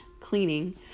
cleaning